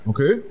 Okay